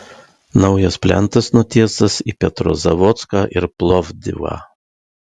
naujas plentas nutiestas į petrozavodską ir plovdivą